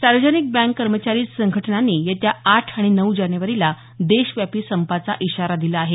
सार्वजनिक बँक कर्मचारी संघटनांनी येत्या आठ आणि नऊ जानेवारीला देशव्यापी संपाचा इशारा दिला आहे